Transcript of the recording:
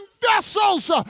vessels